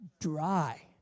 dry